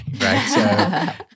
right